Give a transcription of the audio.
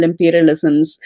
imperialisms